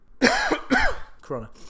Corona